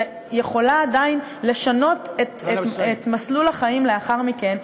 שיכולה עדיין לשנות את מסלול החיים לאחר מכן,